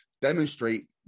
demonstrate